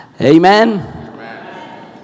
Amen